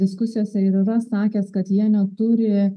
diskusijose ir yra sakęs kad jie neturi